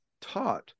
taught